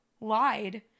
lied